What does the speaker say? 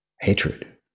hatred